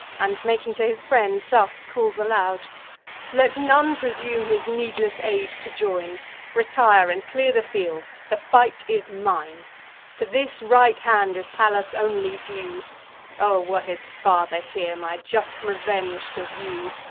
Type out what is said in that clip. and, making to his friends, thus calls aloud let none presume his needless aid to join retire, and clear the field the fight is mine to this right hand is pallas only due o were his father here, my just revenge to view!